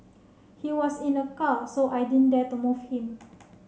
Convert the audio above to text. he was in a car so I didn't dare to move him